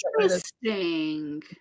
Interesting